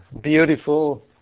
beautiful